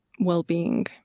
Well-being